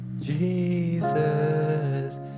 Jesus